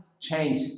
change